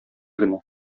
генә